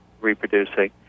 reproducing